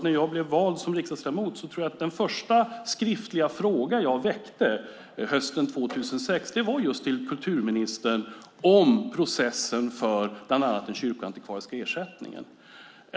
När jag blev vald till riksdagsledamot tror jag att den första skriftliga fråga jag skrev, hösten 2006, var ställd till just kulturministern om processen för den kyrkoantikvariska ersättningen.